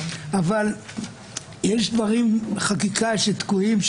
אבל יש דברי חקיקה שתקועים,